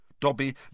Dobby